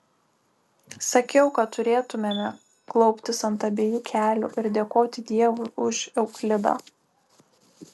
sakiau kad turėtumėme klauptis ant abiejų kelių ir dėkoti dievui už euklidą